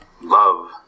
love